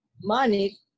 money